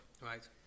Right